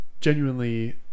genuinely